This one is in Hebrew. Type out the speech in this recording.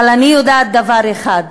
אבל אני יודעת דבר אחד: